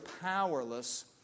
powerless